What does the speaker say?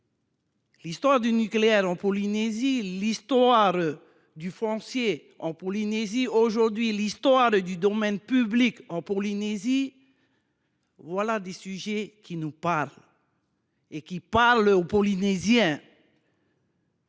L’histoire du nucléaire en Polynésie, l’histoire du foncier en Polynésie et, aujourd’hui, l’histoire du domaine public en Polynésie : voilà des sujets qui parlent aux Polynésiens.